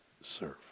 serve